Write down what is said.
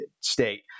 state